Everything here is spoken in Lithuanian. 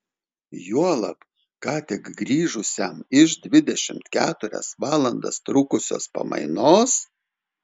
juolab ką tik grįžusiam iš dvidešimt keturias valandas trukusios pamainos